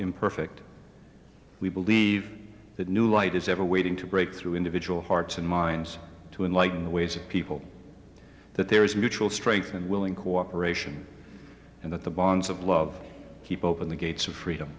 imperfect we believe that new light is ever waiting to break through individual hearts and minds to enlighten the ways of people that there is mutual strength and willing cooperation and that the bonds of love keep open the gates of